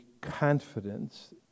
confidence